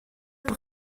per